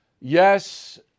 Yes